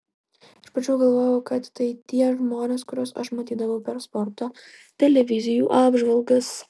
iš pradžių galvojau kad tai tie žmonės kuriuos aš matydavau per sporto televizijų apžvalgas